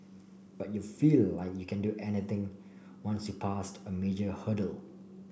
but you feel like you can do anything once you passed a major hurdle